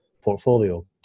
portfolio